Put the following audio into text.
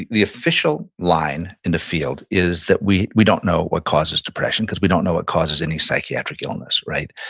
the official line in the field is that we we don't know what causes depression, because we don't know what causes any psychiatric illness, right?